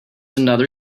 another